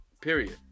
period